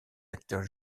acteurs